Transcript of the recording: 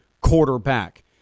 quarterback